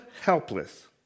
helpless